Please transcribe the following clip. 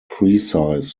precise